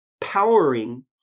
powering